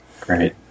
Great